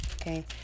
okay